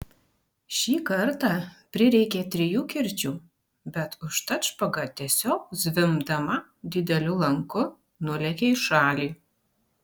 šį kartą prireikė trijų kirčių bet užtat špaga tiesiog zvimbdama dideliu lanku nulėkė į šalį